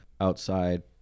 outside